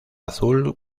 azul